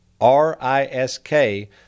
R-I-S-K